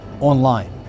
online